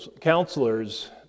counselors